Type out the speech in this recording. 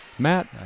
Matt